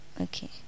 okay